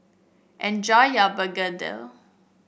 enjoy your begedil